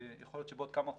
יכול להיות שבעוד כמה חודשים,